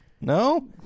No